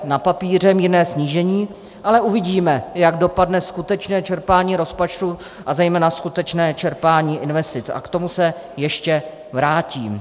Na papíře mírné snížení, ale uvidíme, jak dopadne skutečně čerpání rozpočtu a zejména skutečné čerpání investic, a k tomu se ještě vrátím.